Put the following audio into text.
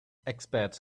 experts